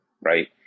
right